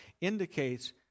indicates